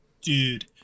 Dude